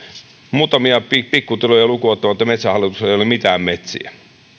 muutamia pikkutiloja lukuun ottamatta metsähallituksella ei ole täällä mitään metsiä